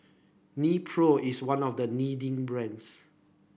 Nepro is one of the leading brands